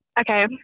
Okay